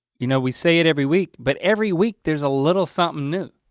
you know we say it every week, but every week there's a little something new.